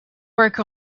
work